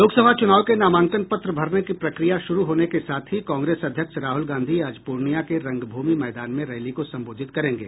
लोकसभा चुनाव के नामांकन पत्र भरने की प्रक्रिया शुरू होने के साथ ही कांग्रेस अध्यक्ष राहुल गांधी आज पूर्णियां के रंगभूमि मैदान में रैली को संबोधित करेंगे